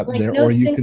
there, or you can